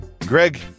Greg